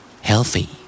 Healthy